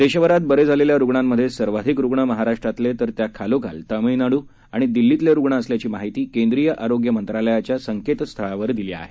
देशभरात बरे झालेल्या रुग्णांमधे सर्वाधिक रुग्ण महाराष्ट्रातले तर त्याखालोखाल तामिळनाड् आणि दिल्लीतले रुग्ण असल्याची माहिती केंद्रीय आरोग्यमंत्रालयाची संकेतस्थळावर दिली आहे